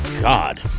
God